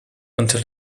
until